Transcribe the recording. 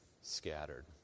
scattered